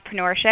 entrepreneurship